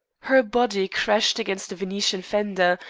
her body crashed against a venetian fender,